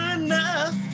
enough